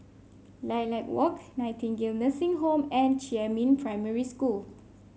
Lilac Walk Nightingale Nursing Home and Jiemin Primary School